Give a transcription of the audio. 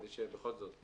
המצב.